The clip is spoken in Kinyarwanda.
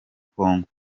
kongo